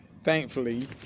Thankfully